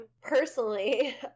Personally